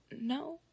No